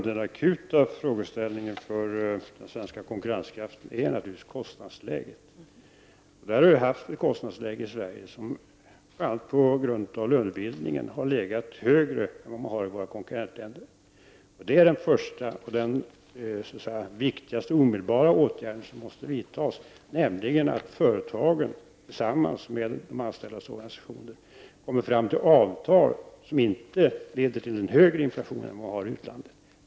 Fru talman! Det akuta problemet för den svenska konkurrenskraften är naturligtvis kostnadsläget. Kostnadsläget i Sverige har på grund av bl.a. lönebildningen legat högre än i våra konkurrentländer. Den första och omedelbara åtgärd som bör vidtas är att företagen tillsammans med de anställdas organisationer måste komma fram till avtal som inte leder till en högre inflation än vad man har i utlandet.